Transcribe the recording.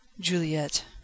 Juliet